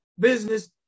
Business